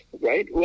Right